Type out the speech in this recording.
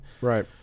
right